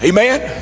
Amen